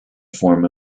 form